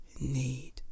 need